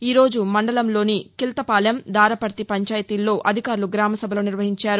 ఈ రోజు మండలంలోని కిల్తంపాలెందారపర్తి పంచాయితీల్లో అధికారులు గ్రామసభలు నిర్వహించారు